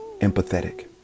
empathetic